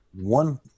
one